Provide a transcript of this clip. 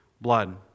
blood